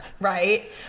right